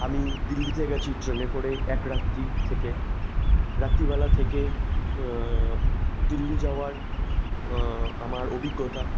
আমি দিল্লিতে গেছি ট্রেনে করে এক রাত্রি থেকে রাত্রিবেলা থেকে দিল্লি যাওয়ার আমার অভিজ্ঞতা